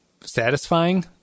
satisfying